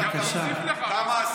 כמה?